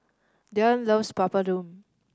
Diann loves Papadum